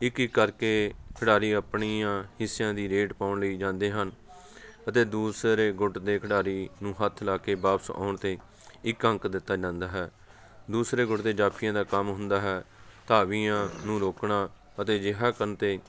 ਇੱਕ ਇੱਕ ਕਰਕੇ ਖਿਡਾਰੀ ਆਪਣੀਆਂ ਹਿੱਸਿਆਂ ਦੀ ਰੇਡ ਪਾਉਣ ਲਈ ਜਾਂਦੇ ਹਨ ਅਤੇ ਦੂਸਰੇ ਗੁੱਟ ਦੇ ਖਿਡਾਰੀ ਨੂੰ ਹੱਥ ਲਾ ਕੇ ਵਾਪਸ ਆਉਣ 'ਤੇ ਇੱਕ ਅੰਕ ਦਿੱਤਾ ਜਾਂਦਾ ਹੈ ਦੂਸਰੇ ਗੁੱਟ ਦੇ ਜਾਫੀਆਂ ਦਾ ਕੰਮ ਹੁੰਦਾ ਹੈ ਧਾਵੀਆਂ ਨੂੰ ਰੋਕਣਾ ਅਤੇ ਅਜਿਹਾ ਕਰਨ 'ਤੇ